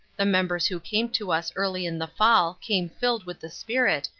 the members who came to us early in the fall, came filled with the spirit,